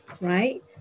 right